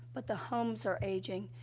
but the homes are aging.